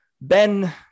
Ben